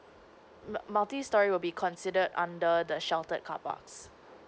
mul~ multi storey will be considered under the sheltered carparks